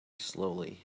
slowly